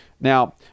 now